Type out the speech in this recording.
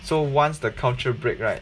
so once the culture break right